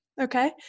okay